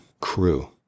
crew